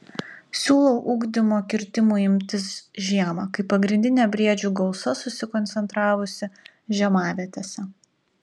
siūlau ugdymo kirtimų imtis žiemą kai pagrindinė briedžių gausa susikoncentravusi žiemavietėse